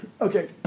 Okay